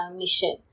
mission